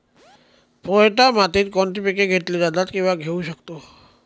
पोयटा मातीत कोणती पिके घेतली जातात, किंवा घेऊ शकतो?